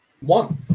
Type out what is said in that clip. one